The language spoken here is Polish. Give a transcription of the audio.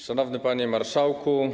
Szanowny Panie Marszałku!